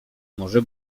może